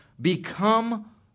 become